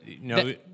No